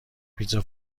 پیتزا